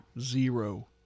Zero